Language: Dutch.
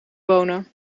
bonen